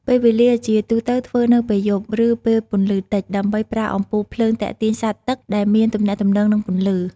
ពេលវេលា ជាទូទៅធ្វើនៅពេលយប់ ឬពេលពន្លឺតិច ដើម្បីប្រើអំពូលភ្លើងទាក់ទាញសត្វទឹកដែលមានទំនាក់ទំនងនឹងពន្លឺ។